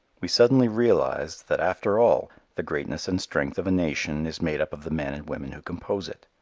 we suddenly realized that after all the greatness and strength of a nation is made up of the men and women who compose it.